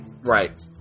Right